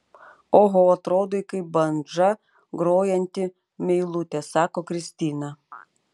oho atrodai kaip bandža grojanti meilutė sako kristina